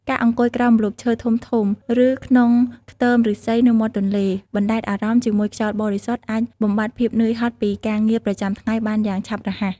ការអង្គុយក្រោមម្លប់ឈើធំៗ ឬក្នុងខ្ទមឫស្សីនៅមាត់ទន្លេ បណ្តែតអារម្មណ៍ជាមួយខ្យល់បរិសុទ្ធអាចបំបាត់ភាពនឿយហត់ពីការងារប្រចាំថ្ងៃបានយ៉ាងឆាប់រហ័ស។